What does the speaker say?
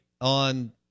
on